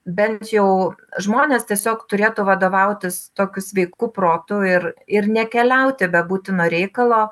bent jau žmonės tiesiog turėtų vadovautis tokiu sveiku protu ir ir nekeliauti be būtino reikalo